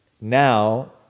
Now